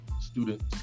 students